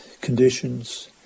conditions